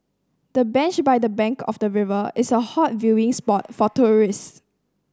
the bench by the bank of the river is a hot viewing spot for tourists